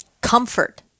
comfort